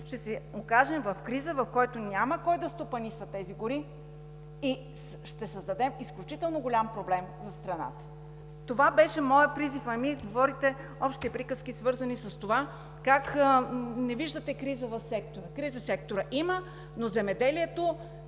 ще се окажем в криза, при която няма кой да стопанисва тези гори, и ще създадем изключително голям проблем на страната. Това беше моят призив, а Вие си говорите общи приказки, свързани с това как не виждате криза в сектора. Криза в сектора има, но Министерството